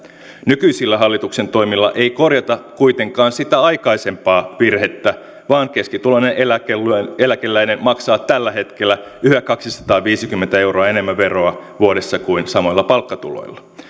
nykyisillä hallituksen toimilla ei korjata kuitenkaan sitä aikaisempaa virhettä vaan keskituloinen eläkeläinen eläkeläinen maksaa tällä hetkellä yhä kaksisataaviisikymmentä euroa enemmän veroa vuodessa kuin samoilla palkkatuloilla oleva